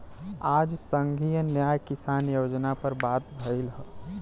आज संघीय न्याय किसान योजना पर बात भईल ह